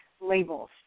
labels